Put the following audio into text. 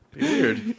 Weird